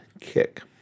Kick